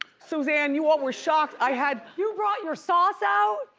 suzanne, you all were shocked i had you brought your sauce out,